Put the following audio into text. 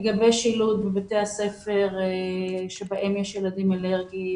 לגבי שילוט בבתי הספר שבהם יש ילדים אלרגיים